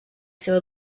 seva